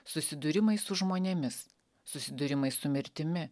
susidūrimai su žmonėmis susidūrimai su mirtimi